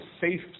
safe